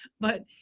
but,